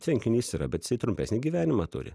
tvenkinys yra bet jisai trumpesnį gyvenimą turi